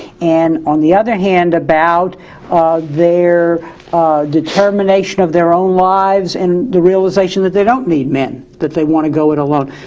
and on the other hand about their determination of their own lives and the realization that they don't need men, that they want to go it alone.